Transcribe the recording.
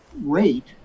rate